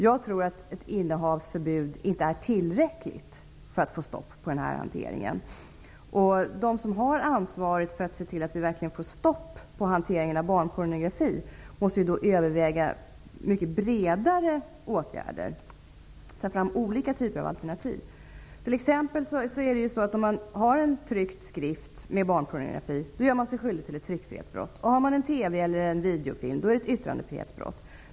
Jag tror inte att ett innehavsförbud är tillräckligt för att få stopp på den här hanteringen. De som har ansvaret för att se till att vi verkligen får stopp på hanteringen av barnpornografi måste ju då överväga mycket bredare åtgärder, ta fram olika typer av alternativ. Om man har en tryckt skrift med barnpornografi gör man sig i ett sådant läge skyldig till ett tryckfrihetsbrott. Har man en TV eller en videofilm med barnpornografi gör man sig skyldig till ett yttrandefrihetsbrott.